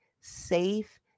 safe